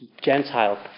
Gentile